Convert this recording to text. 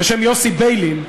בשם יוסי ביילין,